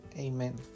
Amen